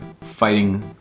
Fighting